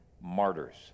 martyrs